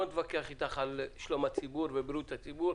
נתווכח אתך על שלום הציבור ובריאות הציבור.